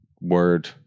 word